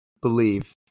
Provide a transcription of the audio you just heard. believe